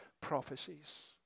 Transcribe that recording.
prophecies